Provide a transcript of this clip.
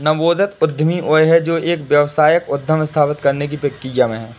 नवोदित उद्यमी वह है जो एक व्यावसायिक उद्यम स्थापित करने की प्रक्रिया में है